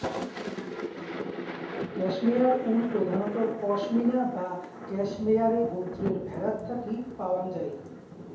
cashmere wool প্রধানত পসমিনা বা ক্যাশমেয়ারে গোত্রের ভ্যাড়াত থাকি পাওয়াং যাই